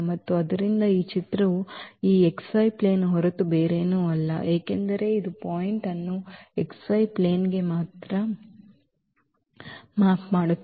ಮತ್ತು ಆದ್ದರಿಂದ ಈ ಚಿತ್ರವು ಈ xy ಪ್ಲೇನ್ ಹೊರತು ಬೇರೇನಲ್ಲ ಏಕೆಂದರೆ ಇದು ಪಾಯಿಂಟ್ ಅನ್ನು xy ಪ್ಲೇನ್ ಗೆ ಮಾತ್ರ ಮ್ಯಾಪ್ ಮಾಡುತ್ತದೆ